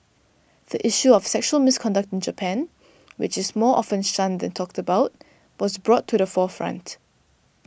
the issue of sexual misconduct in Japan which is more often shunned than talked about was brought to the forefront